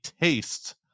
tastes